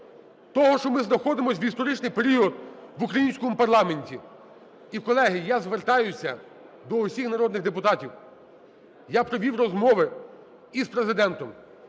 того, що ми знаходимося в історичний період в українському парламенті. І, колеги, я звертаюся до усіх народних депутатів. Я провів розмови і з Президентом,